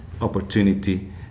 opportunity